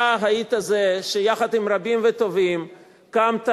אתה היית זה שיחד עם רבים וטובים קמת